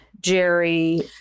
Jerry